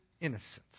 innocence